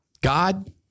God